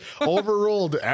Overruled